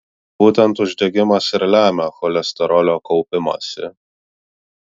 būtent uždegimas ir lemia cholesterolio kaupimąsi